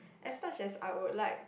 as much as I would like